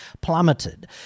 plummeted